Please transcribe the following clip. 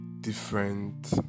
different